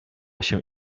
się